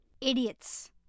Idiots